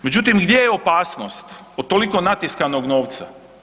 Međutim, gdje je opasnost od toliko natiskanog novca?